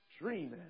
dreaming